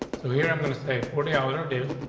so here, i'm going to say forty hour. dave,